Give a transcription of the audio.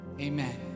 Amen